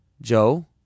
Joe